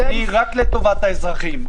רק לטובת האזרחים.